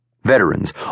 veterans